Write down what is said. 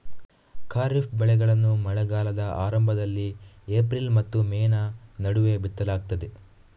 ಖಾರಿಫ್ ಬೆಳೆಗಳನ್ನು ಮಳೆಗಾಲದ ಆರಂಭದಲ್ಲಿ ಏಪ್ರಿಲ್ ಮತ್ತು ಮೇ ನಡುವೆ ಬಿತ್ತಲಾಗ್ತದೆ